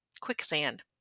quicksand